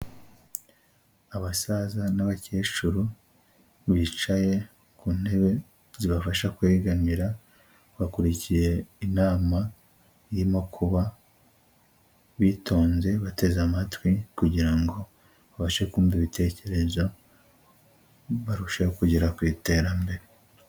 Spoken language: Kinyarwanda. Abasaza n'abakecuru bicaye ku ntebe zibafasha kwegamira bakurikiye inama irimo kuba, bitonze bateze amatwi kugira ngo babashe kumva ibitekerezo barusheho kugera ku iterambere.